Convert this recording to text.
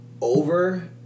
over